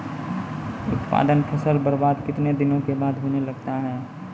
उत्पादन फसल बबार्द कितने दिनों के बाद होने लगता हैं?